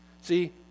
see